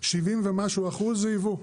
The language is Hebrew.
70 ומשהו אחוז זה ייבוא,